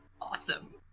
awesome